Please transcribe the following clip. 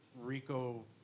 Rico